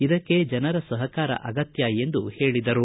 ಇದಕ್ಕೆ ಜನರ ಸಹಕಾರ ಅಗತ್ಯ ಎಂದು ಹೇಳಿದರು